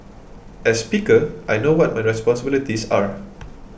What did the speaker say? as speaker I know what my responsibilities are